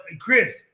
Chris